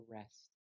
rest